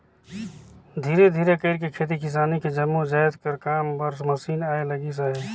धीरे धीरे कइरके खेती किसानी के जम्मो जाएत कर काम बर मसीन आए लगिस अहे